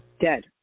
dead